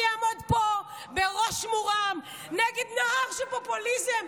אני אעמוד פה בראש מורם נגד נהר של פופוליזם,